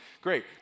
great